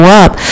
up